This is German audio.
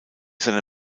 seine